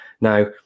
Now